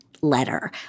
letter